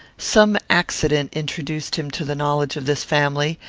some accident introduced him to the knowledge of this family,